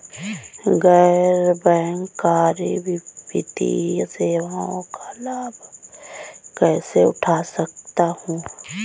गैर बैंककारी वित्तीय सेवाओं का लाभ कैसे उठा सकता हूँ?